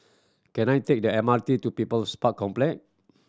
can I take the M R T to People's Park Complex